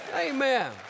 Amen